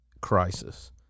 crisis